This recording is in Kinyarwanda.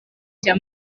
cya